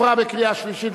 התשע"ב 2012,